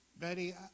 Betty